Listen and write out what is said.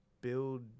build